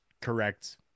correct